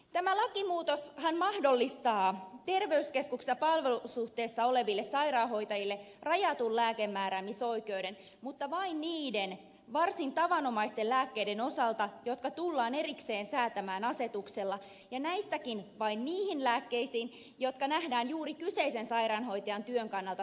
tämä lakimuutoshan mahdollistaa terveyskeskuksessa palvelusuhteessa oleville sairaanhoitajille rajatun lääkemääräämisoikeuden mutta vain niiden varsin tavanomaisten lääkkeiden osalta jotka tullaan erikseen säätämään asetuksella ja näistäkin vain niihin lääkkeisiin jotka nähdään juuri kyseisen sairaanhoitajan työn kannalta tarpeellisina